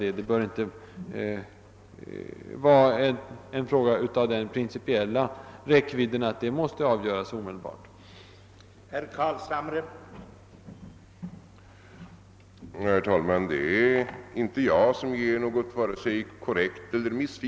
Det är inte en fråga av sådan principiell räckvidd att den omedelbart måste avgöras.